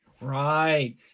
Right